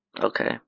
Okay